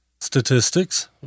statistics